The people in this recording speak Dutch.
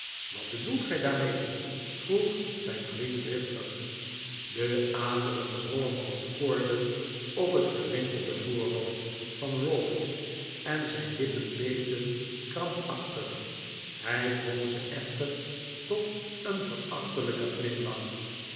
wat bedoelt gij daarmee vroeg zijn vriend driftig de aderen zwollen als koorden op het gerimpelde voorhoofd van ralph en zijn lippen beefden krampachtig hij dwong ze echter tot een verachtelijken glimlach